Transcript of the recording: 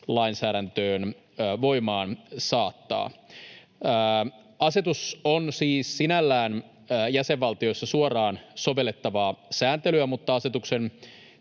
lainsäädäntöön voimaan saattaa. Asetus on siis sinällään jäsenvaltioissa suoraan sovellettavaa sääntelyä, mutta asetuksen